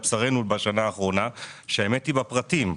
בשרנו בשנה האחרונה שהאמת היא בפרטים.